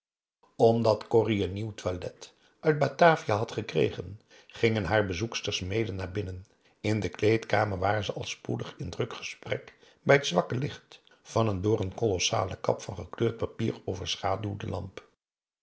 omdat corrie een nieuw toilet uit batavia had gekregen gingen haar bezoeksters mede naar binnen in de kleedkamer waren ze al spoedig in druk gesprek bij het zwakke licht van een door n kolossale kap van gekleurd papier overschaduwde lamp